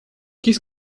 qu’est